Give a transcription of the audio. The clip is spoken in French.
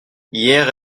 hier